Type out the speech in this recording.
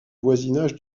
voisinage